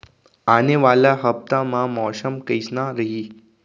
आने वाला हफ्ता मा मौसम कइसना रही?